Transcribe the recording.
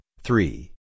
three